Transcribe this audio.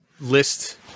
list